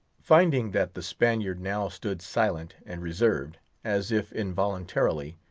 finding that the spaniard now stood silent and reserved, as if involuntarily,